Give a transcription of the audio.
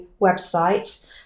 website